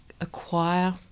acquire